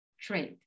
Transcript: trade